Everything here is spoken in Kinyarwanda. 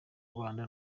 rwanda